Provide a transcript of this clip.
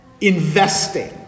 investing